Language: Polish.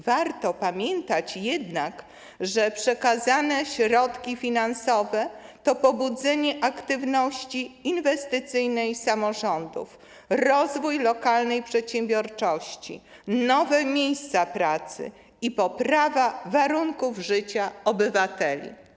Warto pamiętać jednak, że przekazane środki finansowe to pobudzenie aktywności inwestycyjnej samorządów, rozwój lokalnej przedsiębiorczości, nowe miejsca pracy i poprawa warunków życia obywateli.